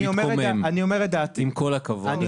אני מתקומם, עם כל הכבוד.